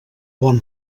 bon